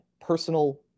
personal